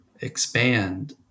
expand